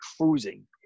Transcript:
cruising